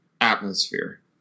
atmosphere